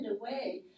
away